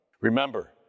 Remember